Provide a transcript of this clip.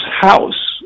house